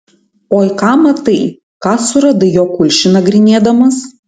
oi ką matai ką suradai jo kulšį nagrinėdamas